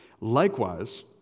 Likewise